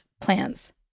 plans